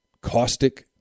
caustic